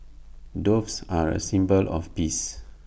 doves are A symbol of peace